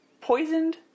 poisoned